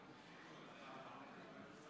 17,